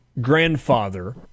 grandfather